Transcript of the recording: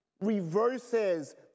reverses